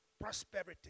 prosperity